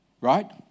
Right